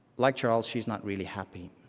like charles, she's not really happy.